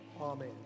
Amen